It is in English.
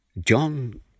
John